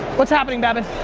what's happening babin?